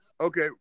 Okay